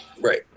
right